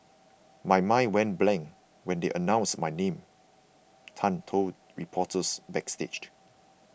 my mind went blank when they announced my name Tan told reporters backstage